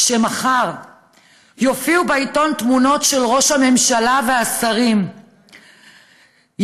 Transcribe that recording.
שמחר יופיעו בעיתון תמונות של ראש הממשלה והשרים יחד,